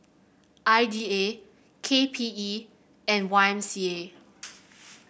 I D A K P E and Y M C A